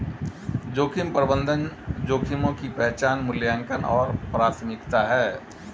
जोखिम प्रबंधन जोखिमों की पहचान मूल्यांकन और प्राथमिकता है